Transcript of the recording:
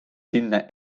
sinna